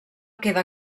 queda